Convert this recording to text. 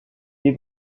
des